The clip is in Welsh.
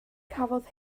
cafodd